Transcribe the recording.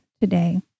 today